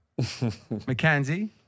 McKenzie